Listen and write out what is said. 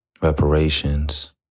reparations